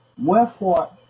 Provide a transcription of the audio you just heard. wherefore